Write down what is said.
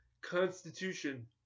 constitution